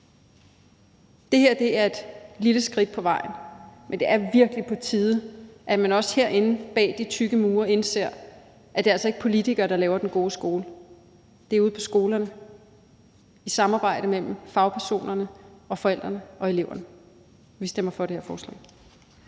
Det her er et lille skridt på vejen. Men det er virkelig på tide, at man også herinde bag de tykke mure indser, at det altså ikke er politikere, der laver den gode skole; det gør man ude på skolerne i samarbejde mellem fagpersonerne og forældrene og eleverne. Vi stemmer for det her forslag.